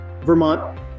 Vermont